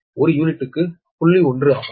10 ஆகும்